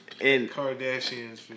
Kardashians